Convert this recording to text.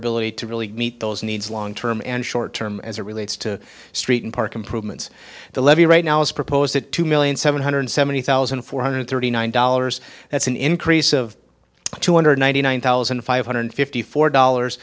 ability to really meet those needs long term and short term as it relates to street and park improvements the levy right now is proposed two million seven hundred seventy thousand four hundred thirty nine dollars that's an increase of two hundred ninety nine thousand five hundred fifty four dollars